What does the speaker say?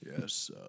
Yes